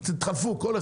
מה זה?